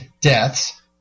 deaths